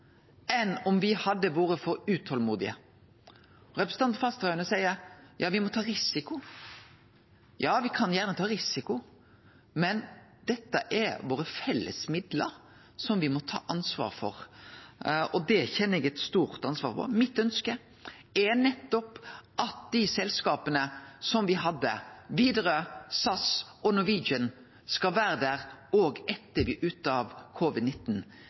enn om me hadde vore for utålmodige. Representanten Fasteraune seier at me må ta risiko. Ja, me kan gjerne ta risiko, men dette er våre felles midlar som me må ta ansvar for. Det kjenner eg eit stort ansvar for. Mitt ønske er nettopp at dei selskapa me hadde – Widerøe, SAS og Norwegian – skal vere der òg etter at me er ute av